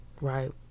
Right